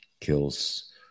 kills